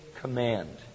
command